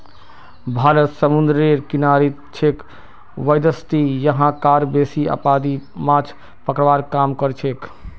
भारत समूंदरेर किनारित छेक वैदसती यहां कार बेसी आबादी माछ पकड़वार काम करछेक